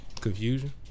Confusion